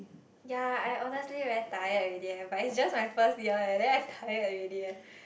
ya I honestly very tired already eh but it's just my first year eh then I tired already eh